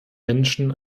menschen